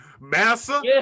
Massa